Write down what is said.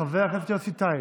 חבר הכנסת יוסי טייב,